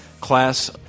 class